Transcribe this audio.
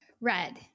Red